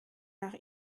nach